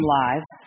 lives